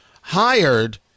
hired